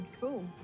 cool